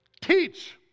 teach